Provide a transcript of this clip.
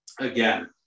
again